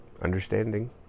understanding